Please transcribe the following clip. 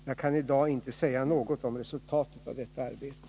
Jag kan i dag inte säga något om resultatet av detta arbete.